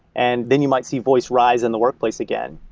and then you might see voice rise in the workplace again.